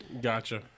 Gotcha